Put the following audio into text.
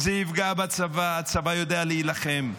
"זה יפגע בצבא" הצבא יודע להילחם,